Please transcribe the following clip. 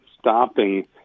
stopping